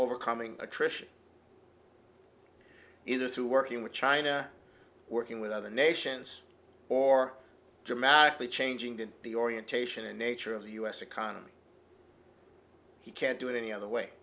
overcoming attrition either through working with china working with other nations or dramatically changing to be orientation in nature of the u s economy he can't do it any other way